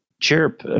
chirp